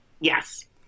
Yes